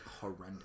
horrendous